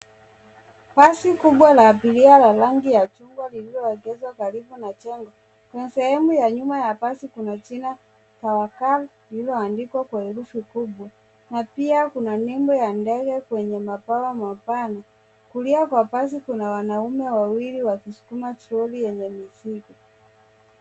Basi kubwa la abiria la rangi ya chungwa lililoegezwa karibu na jengo na sehemu ya nyuma ya mabasi kuna jina Tawakal liloandikwa kwa herufi kubwa na pia kuna nembo ya mbele kwenye mabawa mapana. Kulia kwa basi kuna wanaume wawili wakisukuma troli yenye mizigo.